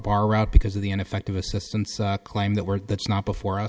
ar route because of the in effect of assistance claim that work that's not before